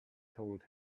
told